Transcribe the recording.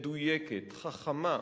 מדויקת, חכמה,